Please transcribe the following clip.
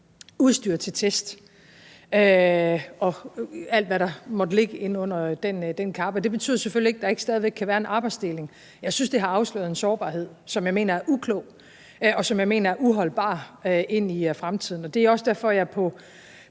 udstyr til test og alt, hvad der måtte ligge inde under den kappe. Det betyder selvfølgelig ikke, at der ikke stadig væk kan være en arbejdsdeling. Jeg synes, det har afsløret en sårbarhed, som jeg mener er uklog, og som jeg mener er uholdbar ind i fremtiden. Det er også derfor, at jeg på